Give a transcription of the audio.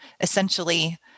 Essentially